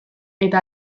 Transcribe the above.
eta